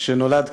שנולד כאן.